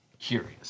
curious